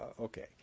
okay